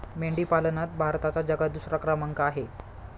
मेंढी पालनात भारताचा जगात दुसरा क्रमांक आहे